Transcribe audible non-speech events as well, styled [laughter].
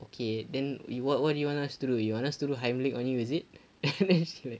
okay then we what what do you want us to do you want us to do hiemlich on you is it [laughs] then she like